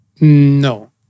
No